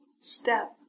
step